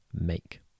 make